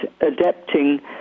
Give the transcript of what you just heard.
adapting